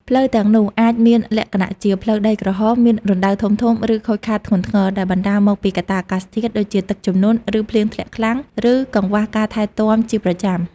ផ្លូវទាំងនោះអាចមានលក្ខណៈជា ផ្លូវដីក្រហម មាន រណ្តៅធំៗ ឬ ខូចខាតធ្ងន់ធ្ងរ ដែលបណ្តាលមកពីកត្តាអាកាសធាតុ ដូចជាទឹកជំនន់ ឬភ្លៀងធ្លាក់ខ្លាំង ឬកង្វះការថែទាំជាប្រចាំ។